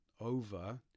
over